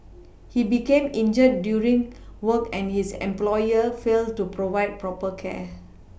he became injured during work and his employer failed to provide proper care